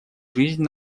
жизнь